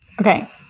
Okay